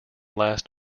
last